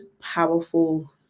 powerful